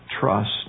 trust